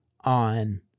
on